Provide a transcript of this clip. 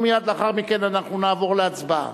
ומייד לאחר מכן אנחנו נעבור להצבעה.